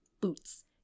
Boots